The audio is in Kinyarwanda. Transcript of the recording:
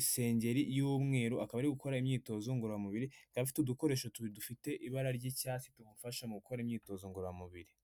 isengeri y'umweru, akaba ari gukora imyitozo ngororamubiri akaba afite udukoresho tubiri dufite ibara ry'icyatsi tumufasha mu gukora imyitozo ngororamubiriU